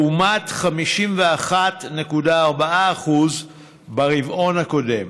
לעומת 51.4% ברבעון הקודם.